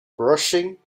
brushing